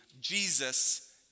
Jesus